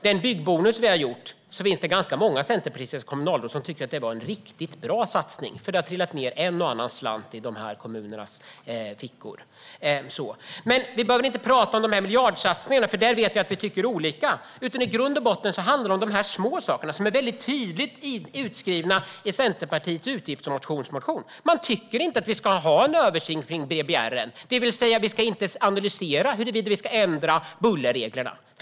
Det finns många centerpartistiska kommunalråd som tycker att byggbonusen var en riktigt bra satsning. Det har trillat ned en och annan slant i kommunernas fickor. Men vi behöver inte tala om miljardsatsningarna. Där vet jag att vi tycker olika. I grund och botten handlar det om de små sakerna som är tydligt utskrivna i Centerpartiets utgiftsmotion. Man tycker inte att det ska ske en översyn av BBR, det vill säga att vi inte ska analysera huruvida vi ska ändra bullerreglerna.